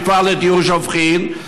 מפעל לטיהור שופכין,